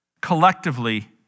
collectively